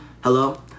Hello